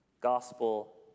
Gospel